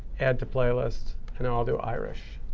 add to playlist. and and i'll do irish.